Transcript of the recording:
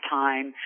time